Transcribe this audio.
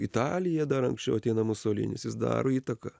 italija dar anksčiau ateina musolinis jis daro įtaką